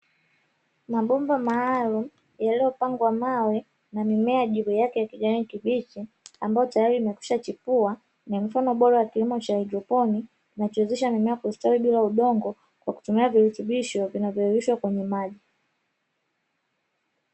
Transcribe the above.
Mabomba maalumu yaliyopangwa mawe, na mimea juu yake ya kijani kibichi, ambayo tayari imekwisha chipua, ni mfano bora wa kilimo cha haidroponi, kinachowezesha mimea kustawi bila udongo, kwa kutumia virutubisho vinavyoyeyushwa kwenye maji.